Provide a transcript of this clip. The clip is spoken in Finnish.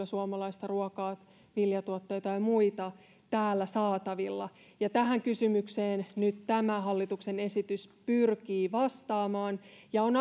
suomalaista ruokaa viljatuotteita tai muita täällä saatavilla tähän kysymykseen nyt tämä hallituksen esitys pyrkii vastaamaan on